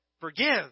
Forgive